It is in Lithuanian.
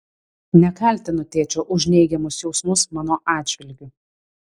nekaltinu tėčio už neigiamus jausmus mano atžvilgiu